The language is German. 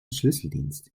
schlüsseldienst